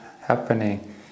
happening